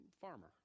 farmer